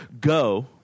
go